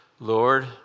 Lord